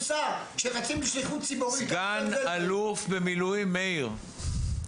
סגן אלוף במילואים מאיר,